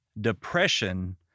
Depression